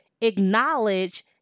acknowledge